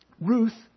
Ruth